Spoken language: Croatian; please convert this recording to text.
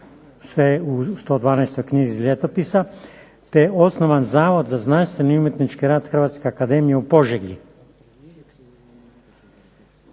se u 112. knjizi ljetopisa te je osnovan Zavod za znanstveni i umjetnički rad Hrvatske akademije u Požegi.